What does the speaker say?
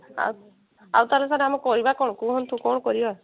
ଆଉ ତାହାଲେ ଆମେ ସାର୍ କରିବା କ'ଣ କୁହନ୍ତୁ କ'ଣ କରିବା